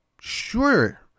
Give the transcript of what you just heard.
Sure